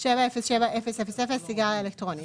"707000 סיגריה אלקטרונית,